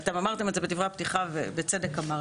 ואתם אמרתם את זה בדברי הפתיחה ובצדק אמרתם.